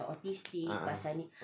ah